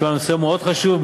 כי הנושא הוא מאוד חשוב,